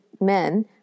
men